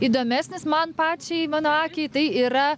įdomesnis man pačiai mano akiai tai yra